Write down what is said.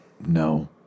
no